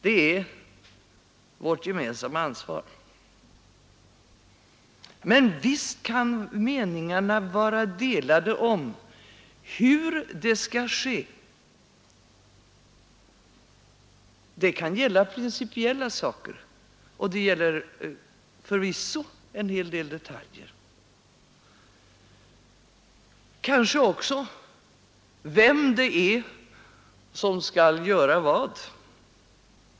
Det är vårt gemensamma ansvar! Men visst kan meningarna vara delade om hur det skall ske — det kan gälla principiella frågor och det gäller förvisso en hel del detaljer. Det kanske också gäller vem det är som skall göra vad.